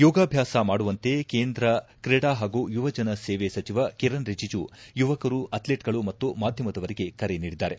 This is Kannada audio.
ಯೋಗಾಭ್ಯಾಸ ಮಾಡುವಂತೆ ಕೇಂದ್ರ ಕ್ರೀಡಾ ಹಾಗೂ ಯುವಜನ ಸೇವೆ ಸಚಿವ ಕಿರಣ್ ರಿಜಿಜೂ ಯುವಕರು ಅಥ್ಲೆಟ್ಗಳು ಮತ್ತು ಮಾಧ್ಯಮದವರಿಗೆ ಕರೆ ನೀಡಿದ್ದಾರೆ